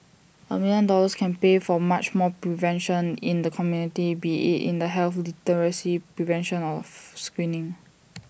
A million dollars can pay for much more prevention in the community be IT in the health literacy prevention or screening